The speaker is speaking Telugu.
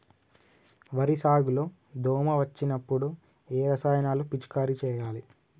వరి సాగు లో దోమ వచ్చినప్పుడు ఏ రసాయనాలు పిచికారీ చేయాలి?